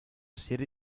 serie